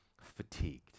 fatigued